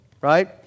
right